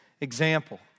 example